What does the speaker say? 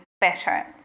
better